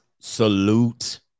salute